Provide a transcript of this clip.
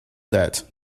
that